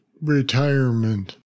retirement